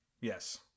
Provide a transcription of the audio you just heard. Yes